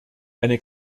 eine